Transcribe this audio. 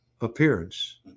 appearance